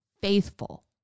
faithful